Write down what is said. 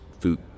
food